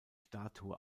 statue